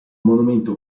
monumento